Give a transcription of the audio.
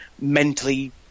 mentally